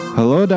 Hello